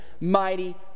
mighty